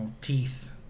teeth